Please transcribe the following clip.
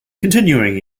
continuing